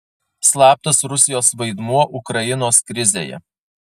slaptas rusijos vaidmuo ukrainos krizėje